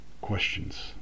questions